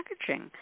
packaging